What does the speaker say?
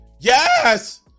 Yes